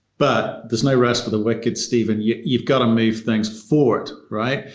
but there's no rest for the wicked, stephen. yeah you've got to move things forward, right?